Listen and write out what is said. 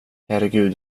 herregud